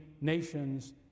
nations